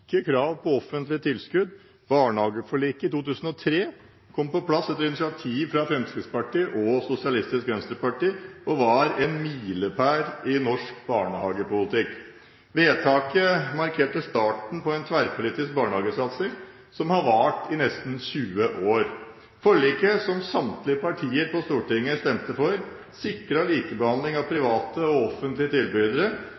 2003 kom på plass etter initiativ fra Fremskrittspartiet og Sosialistisk Venstreparti og var en milepæl i norsk barnehagepolitikk. Vedtaket markerte starten på en tverrpolitisk barnehagesatsing som har vart i nesten 20 år. Forliket, som samtlige partier på Stortinget stemte for, sikret likebehandling av